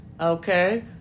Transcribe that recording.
Okay